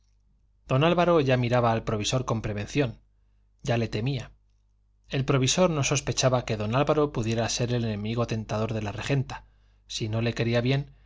don álvaro ya miraba al provisor con prevención ya le temía el provisor no sospechaba que don álvaro pudiera ser el enemigo tentador de la regenta si no le quería bien